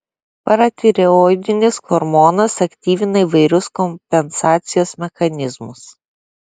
paratireoidinis hormonas aktyvina įvairius kompensacijos mechanizmus